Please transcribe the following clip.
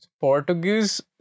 Portuguese